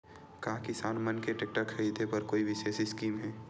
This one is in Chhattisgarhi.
का किसान मन के टेक्टर ख़रीदे बर कोई विशेष स्कीम हे?